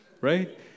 right